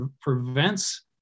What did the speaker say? prevents